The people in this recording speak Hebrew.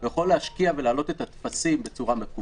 יכול להשקיע ולהעלות את הטפסים בצורה מקוונת,